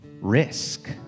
risk